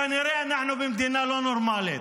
כנראה, אנחנו במדינה לא נורמלית.